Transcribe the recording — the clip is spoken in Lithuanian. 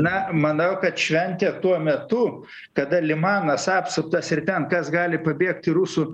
na manau kad šventė tuo metu kada limanas apsuptas ir ten kas gali pabėgti rusų